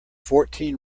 fourteen